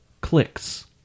Clicks